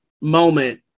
moment